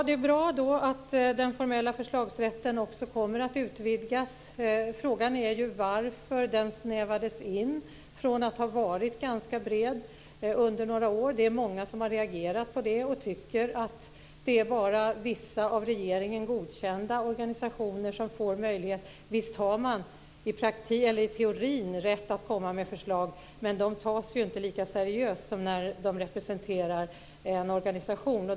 Det är bra att den formella förslagsrätten kommer att utvidgas. Frågan är ju varför den snävades in från att ha varit ganska bred under några år. Det är många som har reagerat på det här och som tycker att det bara är vissa av regeringen godkända organisationer som får möjligheten. Visst har alla i teorin rätt att komma med förslag, men de tas ju inte lika seriöst som de som representerar en organisation.